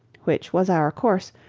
which was our course,